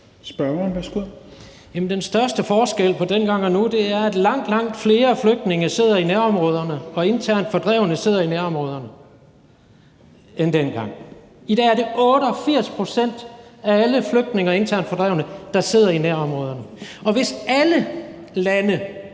Den største forskel på dengang og nu er, at langt, langt flere flygtninge end dengang sidder i nærområderne, og at internt fordrevne også sidder i nærområderne. I dag er det 88 pct. af alle flygtninge og internt fordrevne, der sidder i nærområderne, og hvis alle lande